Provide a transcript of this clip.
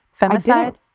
Femicide